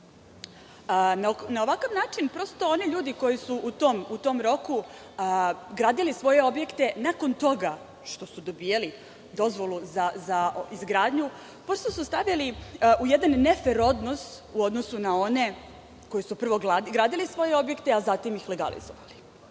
Na ovakav način prosto oni ljudi koji su u tom roku gradili svoje objekte nakon toga što su dobijali dozvolu za izgradnju, prosto su stavljani u jedan ne fer odnos u odnosu na one koji su prvo gradili svoje objekte, a zatim ih legalizovali. Ono